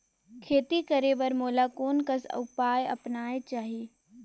खेती करे बर मोला कोन कस उपाय अपनाये चाही?